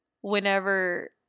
whenever